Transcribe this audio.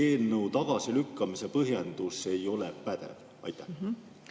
eelnõu tagasilükkamise põhjendus ei ole pädev? Aitäh,